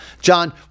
John